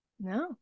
No